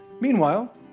Meanwhile